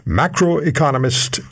macroeconomist